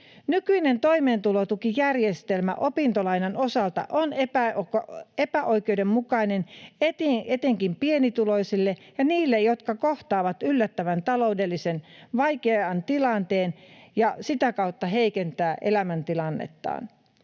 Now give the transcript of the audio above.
Nykyinen toimeentulotukijärjestelmä opintolainan osalta on epäoikeudenmukainen etenkin pienituloisille ja niille, jotka kohtaavat yllättävän taloudellisesti vaikean tilanteen, ja sitä kautta heikentää heidän elämäntilannettaan.